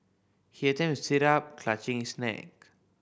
he attempts to sit up clutching his neck